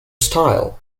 style